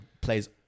plays